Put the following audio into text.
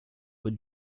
with